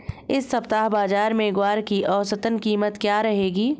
इस सप्ताह बाज़ार में ग्वार की औसतन कीमत क्या रहेगी?